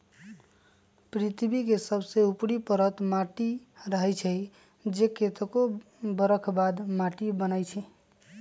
पृथ्वी के सबसे ऊपरी परत माटी रहै छइ जे कतेको बरख बाद माटि बनै छइ